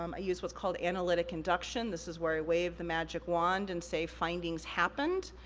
um i used what's called analytic induction, this is where i wave the magic wand and say findings happened,